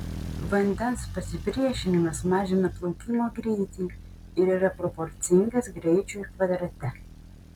vandens pasipriešinimas mažina plaukimo greitį ir yra proporcingas greičiui kvadrate